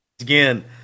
again